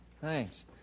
Thanks